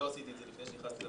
יהיה תלוי